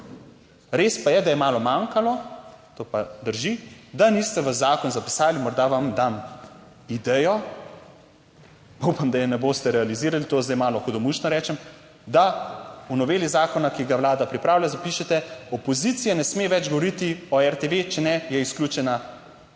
Res pa je, da je malo manjkalo, to pa drži, da niste v zakon zapisali, morda vam dam idejo, - upam, da je ne boste realizirali, to zdaj malo hudomušno rečem, - da v noveli zakona, ki ga Vlada pripravlja, zapišete, opozicija ne sme več govoriti o RTV, če ne je izključena oziroma